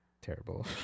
terrible